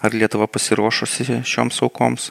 ar lietuva pasiruošusi šioms aukoms